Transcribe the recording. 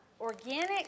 Organic